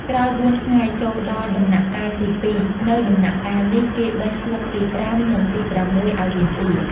ក្រោយ៤ថ្ងៃ ចូលដល់ដំណាក់កាលទី២ នៅដំណាក់កាលនេះ គេបេះស្លឹកទី៥ និងទី៦ អោយវាសុី។